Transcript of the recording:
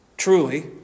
Truly